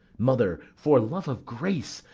mother, for love of grace,